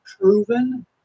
proven